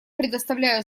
предоставляю